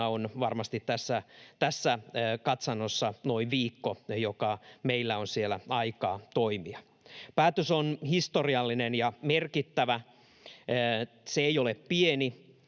on varmasti tässä katsannossa noin viikko, joka meillä on siellä aikaa toimia. Päätös on historiallinen ja merkittävä. Se ei ole pieni